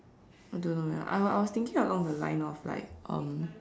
I don't know eh I I was thinking of on the line off like um